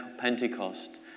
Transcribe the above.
Pentecost